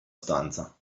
stanza